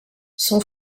son